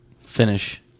Finish